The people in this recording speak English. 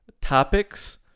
topics